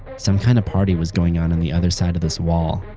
some kind of party was going on on the other side of this wall.